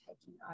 taking